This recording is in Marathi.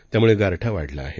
त्यामुळे गारठा वाढला आहे